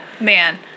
man